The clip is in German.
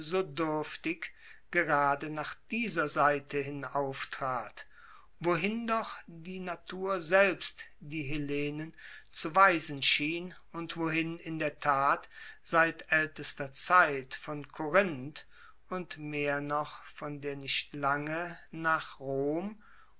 so duerftig gerade nach dieser seite hin auftrat wohin doch die natur selbst die hellenen zu weisen schien und wohin in der tat seit aeltester zeit von korinth und mehr noch von der nicht lange nach rom